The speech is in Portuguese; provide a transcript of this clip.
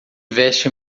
veste